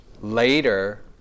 Later